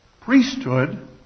Priesthood